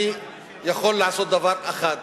אני יכול לעשות, בעצם,